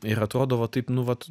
ir atrodo va taip nu vat